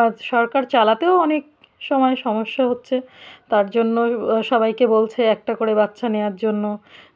আজ সরকার চালাতেও অনেক সময় সমস্যা হচ্ছে তার জন্য সবাইকে বলছে একটা করে বাচ্চা নেওয়ার জন্য